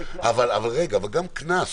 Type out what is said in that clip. אבל גם קנס.